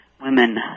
women